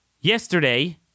Yesterday